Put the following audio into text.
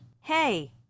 hey